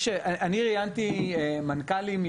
אני ראיינתי מנכ"לים,